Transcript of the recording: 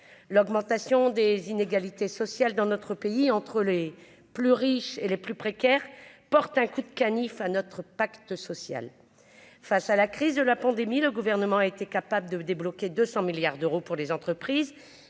l'augmentation des inégalités sociales dans notre pays entre les plus riches et les plus précaires, porte un coup de canif à notre pacte social face à la crise de la pandémie, le gouvernement a été capable de débloquer 200 milliards d'euros pour les entreprises,